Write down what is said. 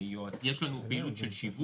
יש לנו פעילות של שיווק.